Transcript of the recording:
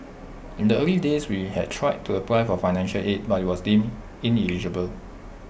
in the early days we had tried to apply for financial aid but was deemed ineligible